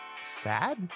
sad